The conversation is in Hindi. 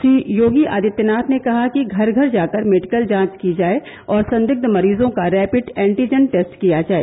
श्री योगी आदित्यनाथ ने कहा कि घर घर जाकर मेडिकल जांच की जाए और संदिग्ध मरीजों का रैपिड एन्टीजन टेस्ट किया जाए